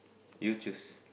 you choose